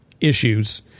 issues